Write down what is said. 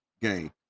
game